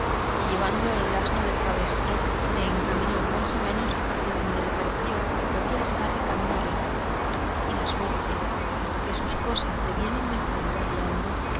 y llevando al asno de cabestro se encaminó poco más a menos hacia donde le pareció que podía estar el camino real y la suerte que sus cosas de bien en mejor iba guiando